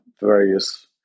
various